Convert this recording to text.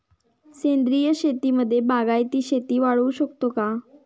सेंद्रिय शेतीमध्ये बागायती शेती वाढवू शकतो का?